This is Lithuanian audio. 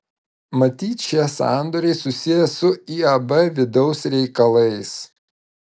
matyt šie sandoriai susiję su iab vidaus reikalais